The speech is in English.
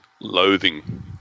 loathing